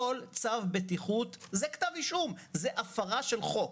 כל צו בטיחות הוא כתב אישום, זה הפרה של חוק,